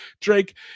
Drake